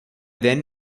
then